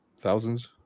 thousands